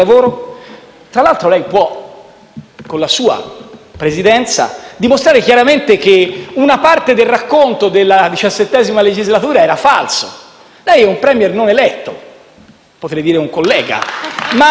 Tra l'altro, con la sua Presidenza, lei può dimostrare chiaramente che una parte del racconto della XVII legislatura era falsa: lei è un *Premier* non eletto, potrei dire un collega